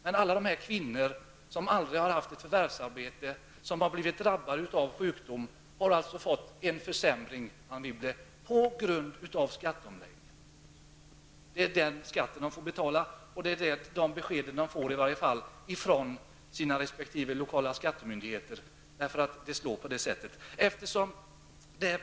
Men alla de kvinnor som aldrig förvärvsarbetat och som har drabbats av sjukdom har alltså fått en försämring, Anne Wibble, på grund av skatteomläggningen. Så förhåller det sig enligt de besked dessa kvinnor har fått från sina resp. lokala skattemyndigheter. Reglerna är sådana.